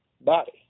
body